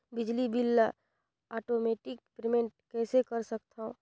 बिजली बिल ल automatic payment कइसे कर सकथव?